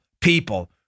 people